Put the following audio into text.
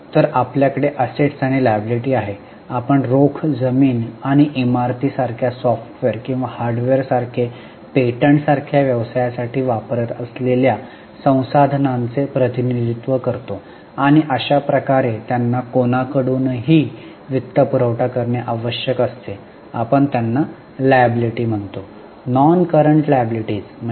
तर आपल्याकडे असेट्स आणि लायबिलिटी आहे आपण रोख जमीन आणि इमारती सारख्या सॉफ्टवेअर किंवा हार्डवेअर सारख्या पेटंट सारख्या व्यवसायासाठी वापरत असलेल्या संसाधनांचे प्रतिनिधित्व करतो आणि अशा प्रकारे त्यांना कोणाकडूनही वित्तपुरवठा करणे आवश्यक असते आपण त्यांना लायबिलिटी म्हणतो